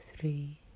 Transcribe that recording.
three